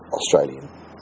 australian